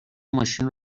ماشین